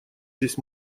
здесь